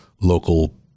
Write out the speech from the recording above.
local